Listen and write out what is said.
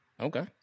Okay